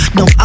no